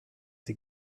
sie